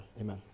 Amen